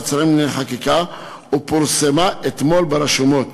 שרים לענייני חקיקה ופורסמה אתמול ברשומות.